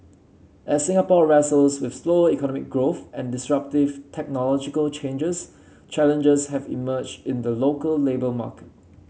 as Singapore wrestles with slow economic growth and disruptive technological changes challenges have emerged in the local labour market